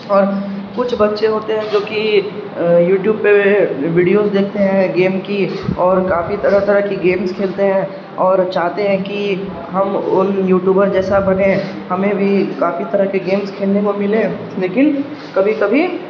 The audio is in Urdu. اور کچھ بچے ہوتے ہیں جو کہ یوٹیوب پہ ویڈیوز دیکھتے ہیں گیم کی اور کافی طرح طرح کی گیمس کھیلتے ہیں اور چاہتے ہیں کہ ہم ان یوٹیوبر جیسا بنیں ہمیں بھی کافی طرح کے گیمس کھیلنے میں ملیں لیکن کبھی کبھی